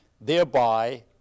thereby